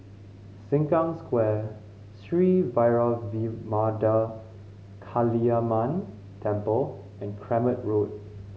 Sengkang Square Sri Vairavimada Kaliamman Temple and Kramat Road